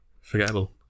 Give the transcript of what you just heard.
forgettable